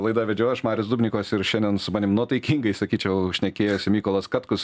laidą vedžiau aš marius dubnikovas ir šiandien su manim nuotaikingai sakyčiau šnekėjosi mykolas katkus